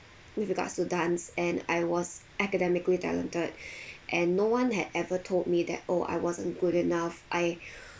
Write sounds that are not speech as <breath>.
with regards to dance and I was academically talented <breath> and no one had ever told me that oh I wasn't good enough I <breath>